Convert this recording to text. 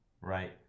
right